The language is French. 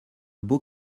beau